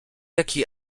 jaki